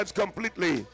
completely